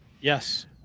Yes